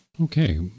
Okay